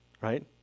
right